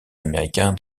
américain